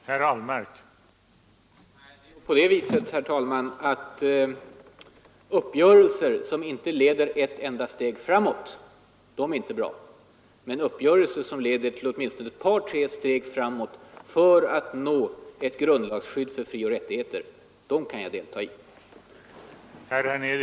Herr talman! Uppgörelser som inte leder ett enda steg framåt är inte bra. Men uppgörelser som leder åtminstone ett par tre steg framåt för ett grundlagsskydd för frioch rättigheter kan jag delta i.